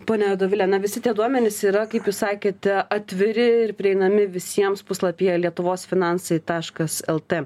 ponia dovile na visi tie duomenys yra kaip jūs sakėte atviri ir prieinami visiems puslapyje lietuvos finansai taškas lt